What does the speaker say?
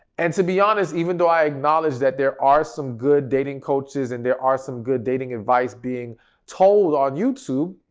and to be honest, even though i acknowledge that there are some good dating coaches and there are some good dating advice being told on youtube.